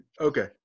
Okay